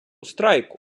страйку